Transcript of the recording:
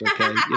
okay